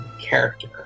character